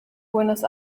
buenos